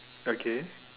okay